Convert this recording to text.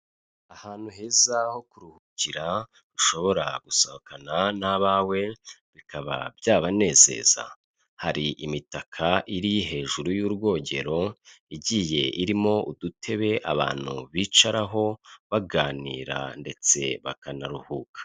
Ahantu heza ho kuruhukira rushobora gusohokana n'abawe bikaba byabanezeza, hari imitaka iri hejuru y'urwogero igiye irimo udutebe abantu bicaraho baganira ndetse bakanaruhuka.